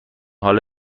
حالا